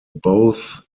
both